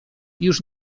już